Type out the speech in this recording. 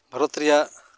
ᱵᱷᱟᱨᱚᱛ ᱨᱮᱭᱟᱜ